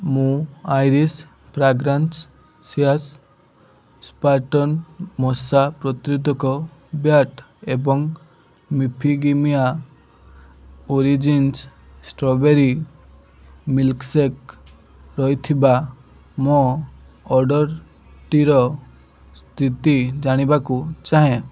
ମୁଁ Iris fragrance CS spectrum ମଶା ପ୍ରତିରୋଧକ ବ୍ୟାଟ୍ ଏବଂ Epigamia Origins strawberry milk shake ରହିଥିବା ମୋ ଅର୍ଡ଼ର୍ଟିର ସ୍ଥିତି ଜାଣିବାକୁ ଚାହେଁ